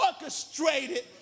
orchestrated